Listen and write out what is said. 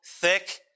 thick